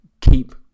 keep